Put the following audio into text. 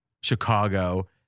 Chicago